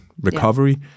recovery